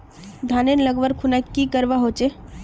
धानेर लगवार खुना की करवा होचे?